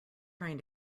trying